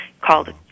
called